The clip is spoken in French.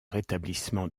rétablissement